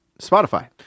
Spotify